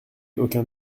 aucun